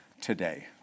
today